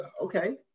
okay